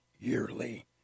yearly